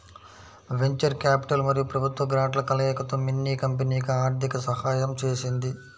venture capital మరియు ప్రభుత్వ గ్రాంట్ల కలయికతో మిన్నీ కంపెనీకి ఆర్థిక సహాయం చేసింది